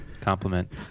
compliment